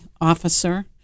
officer